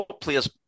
players